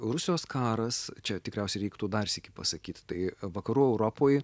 rusijos karas čia tikriausiai reiktų dar sykį pasakyt tai vakarų europoj